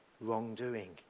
wrongdoing